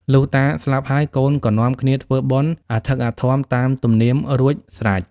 លុះតាស្លាប់ហើយ កូនក៏នាំគ្នាធ្វើបុណ្យអធិកអធមតាមទំនៀមរួច ស្រេច។